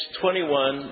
21